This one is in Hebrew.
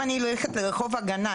אם אני הולכת לרחוב ההגנה,